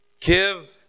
Give